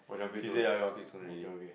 she say ya she want quit soon already